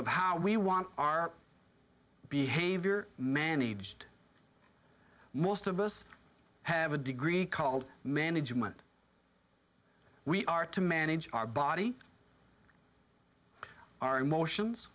of how we want our behavior managed most of us have a degree called management we are to manage our body our emotions